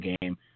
game